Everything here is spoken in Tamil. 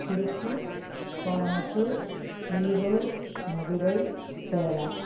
திருப்பூர் கோயம்முத்தூர் ஈரோடு மதுரை சேலம்